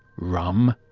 rum,